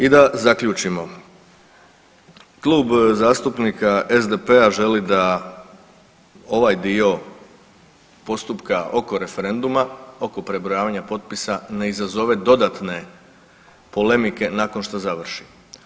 I da zaključimo, Klub zastupnika SDP-a želi da ovaj dio postupka oko referenduma, oko prebrojavanja potpisa ne izazove dodatne polemike nakon što završi.